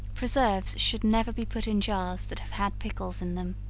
preserves should never be put in jars that have had pickles in them.